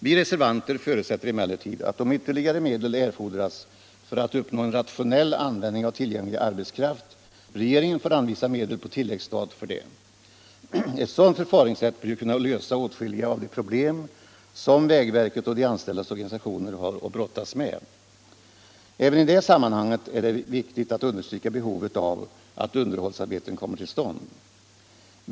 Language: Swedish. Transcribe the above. Vi reservanter förutsätter emellertid att om ytterligare medel erfordras för att uppnå en rationell användning av tillgänglig arbetskraft får regeringen för detta anvisa medel på tilläggsstat. Ett sådant förfaringssätt bör kunna lösa åtskilliga av de problem som vägverket och de anställdas organisationer har att brottas med. Även i det sammanhanget är det viktigt att understryka behovet av att underhållsarbeten kommer till stånd.